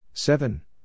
Seven